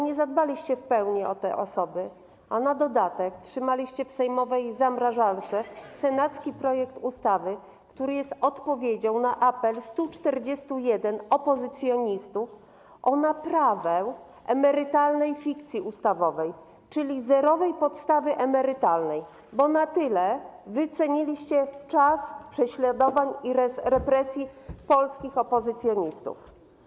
Nie zadbaliście jednak w pełni o te osoby, a na dodatek trzymaliście w sejmowej zamrażarce senacki projekt ustawy, który jest odpowiedzią na apel 141 opozycjonistów o naprawę emerytalnej fikcji ustawowej, czyli zerowej podstawy emerytalnej, bo na tyle wyceniliście czas prześladowań i represji polskich opozycjonistów.